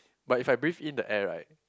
but if I breathe in the air right